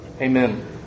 Amen